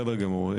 בסדר גמור.